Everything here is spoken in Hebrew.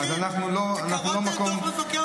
אנחנו לא נוסעים בכבישים?